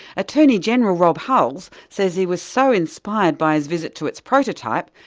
attorney-general rob hulls says he was so inspired by his visit to its prototype,